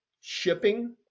shipping